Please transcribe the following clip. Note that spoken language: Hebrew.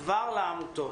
כבר לעמותות.